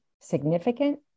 significant